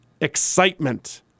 excitement